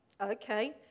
Okay